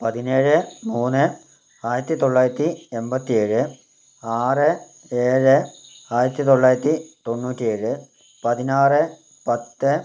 പതിനേഴ് മൂന്ന് ആയിരത്തി തൊള്ളായിരത്തി എൺപത്തി ഏഴ് ആറ് ഏഴ് ആയിരത്തിത്തൊള്ളായിരത്തി തൊണ്ണൂറ്റി ഏഴ് പതിനാറ് പത്ത്